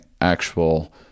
actual